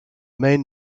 main